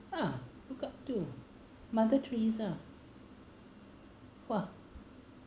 ah you got two mother theresa !wah!